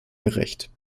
gerecht